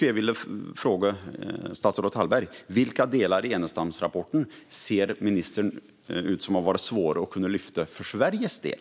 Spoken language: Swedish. Jag vill fråga statsrådet Hallberg: Vilka delar i Enestamrapporten ser ministern som svåra att kunna lyfta fram för Sveriges del?